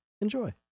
Enjoy